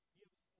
gives